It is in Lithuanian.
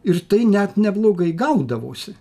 ir tai net neblogai gaudavosi